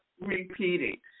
repeating